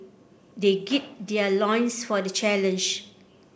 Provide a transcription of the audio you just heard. they gird their loins for the challenge